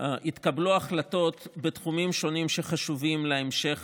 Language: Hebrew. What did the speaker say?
התקבלו החלטות בתחומים שונים שחשובים להמשך